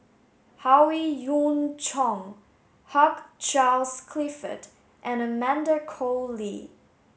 Howe Yoon Chong Hugh Charles Clifford and Amanda Koe Lee